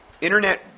Internet